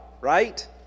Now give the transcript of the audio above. Right